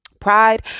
pride